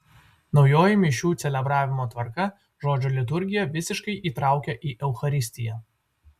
naujoji mišių celebravimo tvarka žodžio liturgiją visiškai įtraukia į eucharistiją